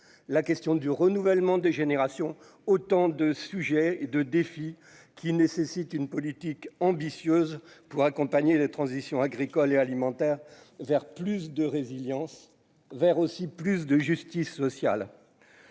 la question du renouvellement des générations, autant de sujets de défi qui nécessite une politique ambitieuse pour accompagner la transition agricole et alimentaire vers plus de résilience vers aussi plus de justice sociale.